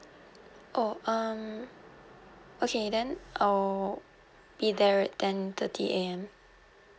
oh um okay then oh I'll be there at ten thirty A_M